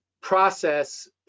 process